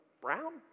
brown